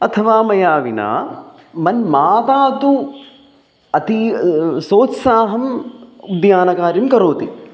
अथवा मया विना मम माता तु अतीव सोत्साहम् उद्यानकार्यं करोति